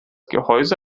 gehäuse